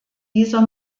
dieser